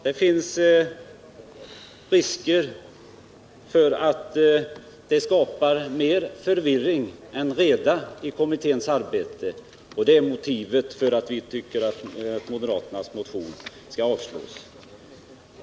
Det finns risk för att det skapar mer förvirring än reda i kommitténs arbete, och det är motivet för vår ståndpunkt att moderaternas motion skall avslås.